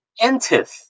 Entith